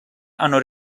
hanno